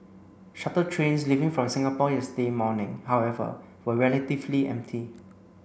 shuttle trains leaving from Singapore yesterday morning however were relatively empty